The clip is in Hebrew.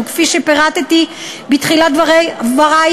וכפי שפירטתי בתחילת דברי,